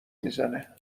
میزنه